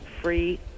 free